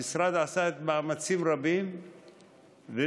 המשרד עשה מאמצים רבים וממקורותיו